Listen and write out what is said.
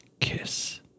Kiss